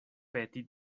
peti